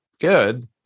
good